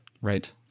right